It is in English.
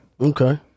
Okay